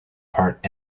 part